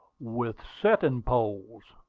with setting-poles,